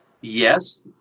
yes